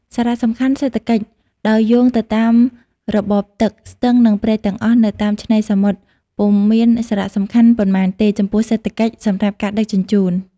សារៈសំខាន់សេដ្ឋកិច្ច ដោយយោងទៅតាមរបបទឹក ស្ទឹង និងព្រែកទាំងអស់នៅតាមឆ្នេរសមុទ្រ ពុំមានសារៈសំខាន់ប៉ុន្មានទេចំពោះសេដ្ឋកិច្ច សម្រាប់ការដឹកជញ្ជូន។